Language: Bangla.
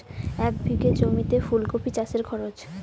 এক বিঘে জমিতে ফুলকপি চাষে খরচ?